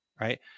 right